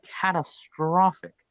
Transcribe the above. catastrophic